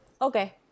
okay